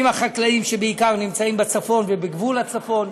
עם החקלאים, שבעיקר נמצאים בצפון ובגבול הצפון,